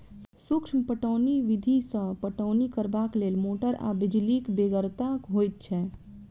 सूक्ष्म पटौनी विधि सॅ पटौनी करबाक लेल मोटर आ बिजलीक बेगरता होइत छै